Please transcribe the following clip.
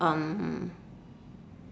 um